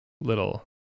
little